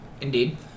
Indeed